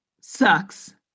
Sucks